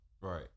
Right